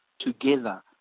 together